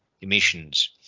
emissions